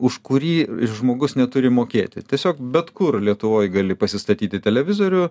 už kurį žmogus neturi mokėti tiesiog bet kur lietuvoj gali pasistatyti televizorių